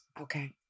Okay